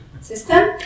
system